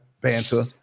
banter